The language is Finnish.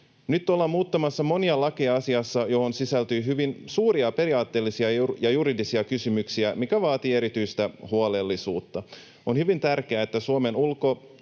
Nyt ollaan muuttamassa monia lakeja asiassa, johon sisältyy hyvin suuria periaatteellisia ja juridisia kysymyksiä, mikä vaatii erityistä huolellisuutta. On hyvin tärkeää, että Suomen ulko-,